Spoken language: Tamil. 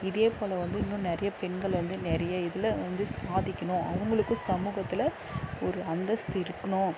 இதேபோல் வந்து இன்றும் நிறைய பெண்கள் வந்து நிறைய இதில் வந்து சாதிக்கணும் அவங்களுக்கும் சமூகத்தில் ஒரு அந்தஸ்து இருக்கணும்